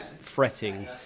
fretting